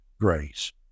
grace